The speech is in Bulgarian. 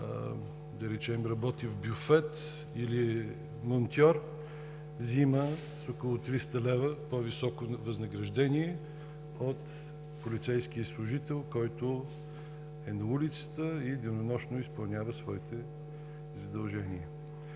да речем, работи в бюфет или е монтьор, взема с около 300 лв. по-високо възнаграждение от полицейския служител, който е на улицата и денонощно изпълнява своите задължения.